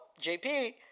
JP